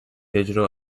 digital